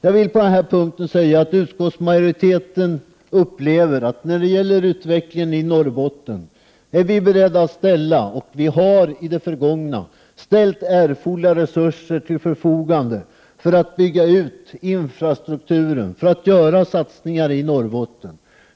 Jag vill på denna punkt säga att utskottsmajoriteten upplever att när det gäller utvecklingen i Norrbotten är vi beredda att ställa — och vi har i det förgångna ställt — erforderliga resurser till förfogande för att bygga ut infrastrukturen och för att göra satsningar i Norrbotten.